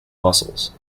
mussels